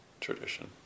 tradition